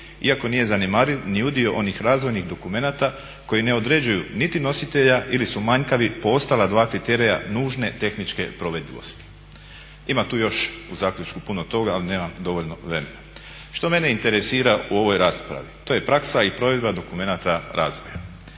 iako nije zanemariv ni udio onih razvojnih dokumenata koji ne određuju niti nositelja ili su manjkavi po ostala dva kriterija nužne tehničke provedivosti. Ima tu još u zaključku puno toga ali nemam dovoljno vremena. Što mene interesira u ovoj raspravi? To je praksa i provedba dokumenata razvoja.